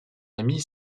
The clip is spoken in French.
ami